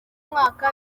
umwaka